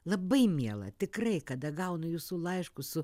labai miela tikrai kada gaunu jūsų laiškus su